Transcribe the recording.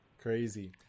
crazy